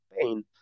pain